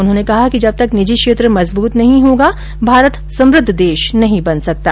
उन्होंने कहा कि जब तक निजी क्षेत्र मजबूत नहीं होगा भारत समृद्व देश नहीं बन सकता